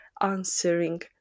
answering